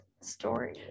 story